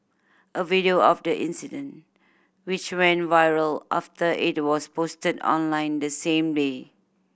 a video of the incident which went viral after it was posted online the same day